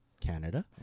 Canada